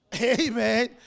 Amen